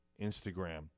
Instagram